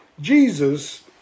Jesus